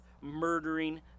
murdering